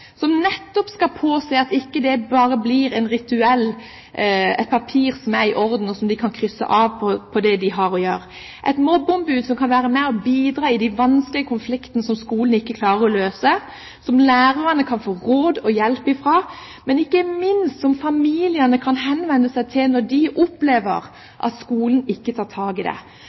som nettopp skal påse at det ikke bare blir et papir som er i orden, der en kan krysse av på det en har å gjøre – et mobbeombud som kan være med og bidra i de vanskelige konfliktene som skolene ikke klarer å løse, som lærerne kan få råd og hjelp fra, men som ikke minst familiene kan henvende seg til når de opplever at skolen ikke tar tak i det.